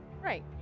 Right